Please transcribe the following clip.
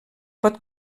pot